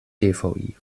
dvi